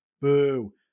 Boo